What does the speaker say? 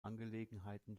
angelegenheiten